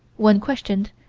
when questioned,